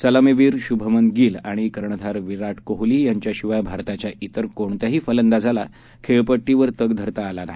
सलामीवीर शुभमन गील आणि कर्णधार विराट कोहली यांच्याशिवाय भारताच्या त्रेर कोणत्याही फलंदाजाला खेळपट्टीवर तग धरता आला नाही